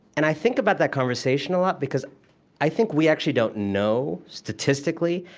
and i think about that conversation a lot, because i think we actually don't know, statistically,